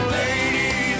lady